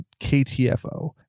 KTFO